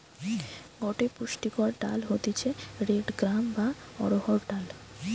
গটে পুষ্টিকর ডাল হতিছে রেড গ্রাম বা অড়হর ডাল